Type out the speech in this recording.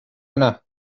yna